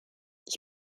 ich